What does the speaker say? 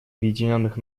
объединенных